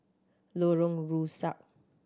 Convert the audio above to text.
Lorong Rusuk